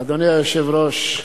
אדוני היושב-ראש,